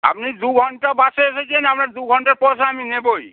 আপনি দু ঘন্টা বাসে এসেছেন আপনার দু ঘন্টার পয়সা আমি নেবই